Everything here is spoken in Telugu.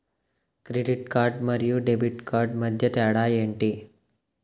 క్రెడిట్ కార్డ్ మరియు డెబిట్ కార్డ్ మధ్య తేడా ఎంటి?